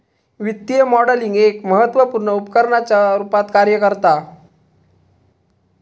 वित्तीय मॉडलिंग एक महत्त्वपुर्ण उपकरणाच्या रुपात कार्य करता